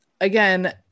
again